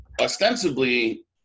ostensibly